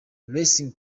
racing